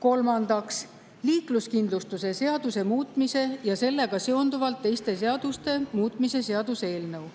Kolmandaks, liikluskindlustuse seaduse muutmise ja sellega seonduvalt teiste seaduste muutmise seaduse eelnõu.